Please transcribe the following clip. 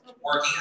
working